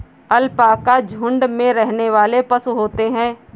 alpaca झुण्ड में रहने वाले पशु होते है